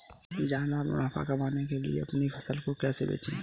ज्यादा मुनाफा कमाने के लिए अपनी फसल को कैसे बेचें?